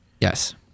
Yes